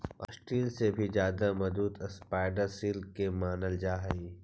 steel से भी ज्यादा मजबूत स्पाइडर सिल्क के मानल जा हई